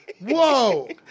Whoa